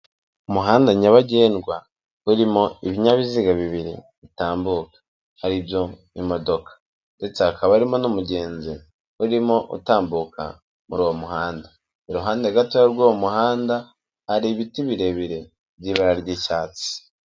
Umuhanda nyabagendwa urimo ibinyabiziga bibiri bitambuka, ari byo imodoka ndetse hakaba harimo n'umugenzi urimo utambuka muri uwo muhanda, iruhande gatoya rw'uwo muhanda, hari ibiti birebire by'ibara ry'icyatsi.